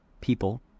people